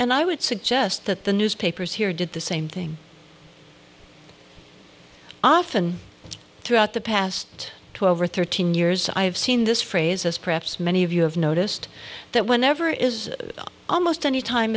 and i would suggest that the newspapers here did the same thing often throughout the past twelve or thirteen years i have seen this phrase as perhaps many of you have noticed that whenever is almost any time